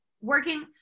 working